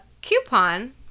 coupon